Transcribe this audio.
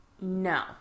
No